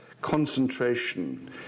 concentration